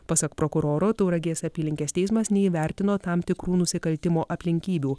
pasak prokuroro tauragės apylinkės teismas neįvertino tam tikrų nusikaltimo aplinkybių